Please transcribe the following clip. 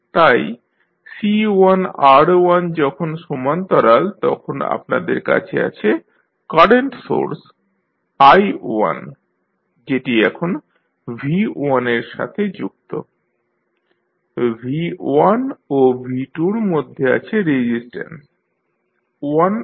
তাই C1 R1 যখন সমান্তরাল তখন আপনাদের কাছে আছে কারেন্ট সোর্স I1 যেটি এখন V1 এর সাথে যুক্ত V1 ও V2 র মধ্যে আছে রেজিস্ট্যান্স 1 R2